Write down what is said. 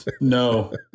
No